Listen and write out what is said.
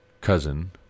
cousin